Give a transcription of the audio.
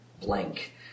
blank